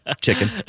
Chicken